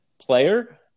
player